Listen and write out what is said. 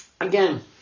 again